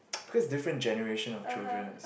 because different generation of children right